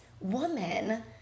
woman